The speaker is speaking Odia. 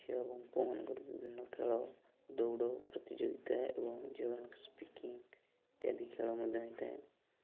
ଝିଅ ଏବଂ ପୁଅମାନଙ୍କର ବିଭିନ୍ନ ଖେଳ ଦୌଡ଼ ପ୍ରତିଯୋଗିତା ଏବଂ ଝିଅମାନଙ୍କ ସ୍କିପିଂ ଇତ୍ୟାଦି ଖେଳ ମଧ୍ୟ ହେଇଥାଏ